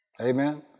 Amen